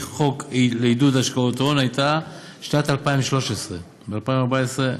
חוק לעידוד השקעות הון הייתה שנת 2013. 2014,